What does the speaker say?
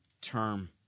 term